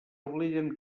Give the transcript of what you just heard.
obliden